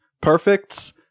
perfects